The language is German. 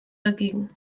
dagegen